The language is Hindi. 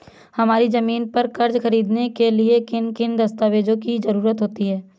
हमारी ज़मीन पर कर्ज ख़रीदने के लिए किन किन दस्तावेजों की जरूरत होती है?